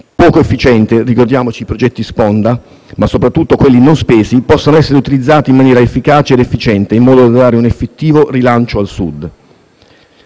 poco efficiente (ricordiamoci i progetti sponda), ma soprattutto quelli non spesi possano essere utilizzati in maniera efficace ed efficiente, in modo da dare un effettivo rilancio al Sud.